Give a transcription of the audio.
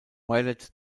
violette